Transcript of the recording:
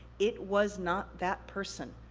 it was not that person,